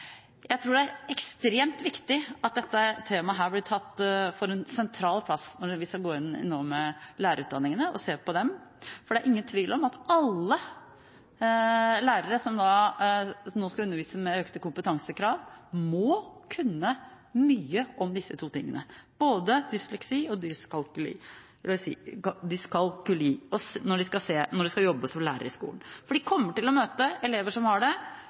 Jeg tror det er ekstremt viktig at dette temaet får en sentral plass når vi nå skal gå igjennom lærerutdanningene og se på dem. For det er ingen tvil om at alle som nå skal undervise med økte kompetansekrav, må kunne mye om disse to tingene – både dysleksi og dyskalkuli – når de skal jobbe som lærere i skolen. For de kommer til å møte elever som har disse lærevanskene, og de kommer til å ha klasser hvor det